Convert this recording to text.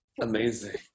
Amazing